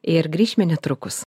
ir grįšime netrukus